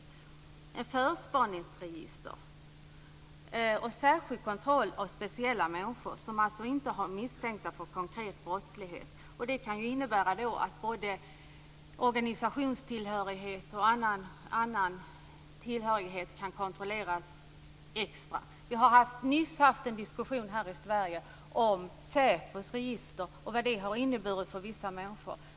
Det handlar om förspaningsregister och särskild kontroll av speciella människor som alltså inte är misstänkta för konkret brottslighet. Det kan ju innebära att både organisationstillhörighet och annan tillhörighet kan kontrolleras extra. Vi har nyss haft en diskussion här i Sverige om SÄPO:s register och vad de har inneburit för vissa människor.